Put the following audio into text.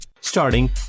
Starting